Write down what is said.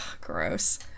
gross